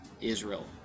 israel